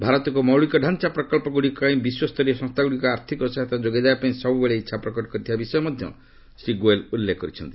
ଭାରତକୁ ମୌଳିକତାଞ୍ଚା ପ୍ରକଳ୍ପଗୁଡ଼ିକପାଇଁ ବିଶ୍ୱସରୀୟ ସଂସ୍ଥାଗୁଡ଼ିକ ଆର୍ଥକ ସହାୟତା ଯୋଗାଇ ଦେବାପାଇଁ ସବୁବେଳେ ଇଛା ପ୍ରକଟ କରିଥିବା ବିଷୟ ମଧ୍ୟ ଶ୍ରୀ ଗୋଏଲ୍ ଉଲ୍ଲ୍ଖେ କରିଛନ୍ତି